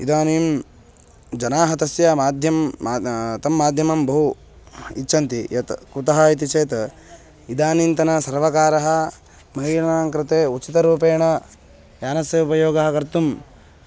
इदानीं जनाः तस्य माध्यमं तं माध्यमं बहु इच्छन्ति यत् कुतः इति चेत् इदानीन्तनसर्वकारः महिलानाङ् कृते उचितरूपेण यानस्य उपयोगं कर्तुं